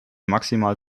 maximal